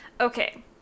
Okay